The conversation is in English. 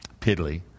Piddly